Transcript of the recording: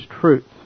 truth